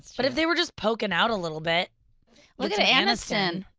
but if they were just poking out a little bit look at aniston.